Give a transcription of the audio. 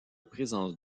présence